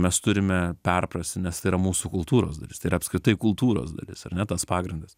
mes turime perprasti nes tai yra mūsų kultūros dalis tai yra apskritai kultūros dalis ar ne tas pagrindas